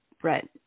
Brett